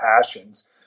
passions